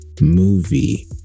movie